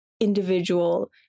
individual